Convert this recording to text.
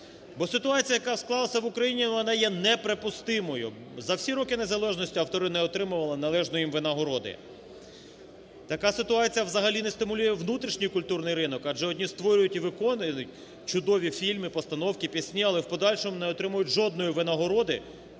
бо ситуація, яка склалася в Україні вона є неприпустимою. За всі роки незалежності автори не отримували належної їм винагороди. Така ситуація взагалі не стимулює внутрішній культурний ринок, адже одні створюють і виконують чудові фільми, постановки, пісні, але в подальшому не отримують жодної винагороди,